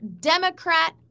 Democrat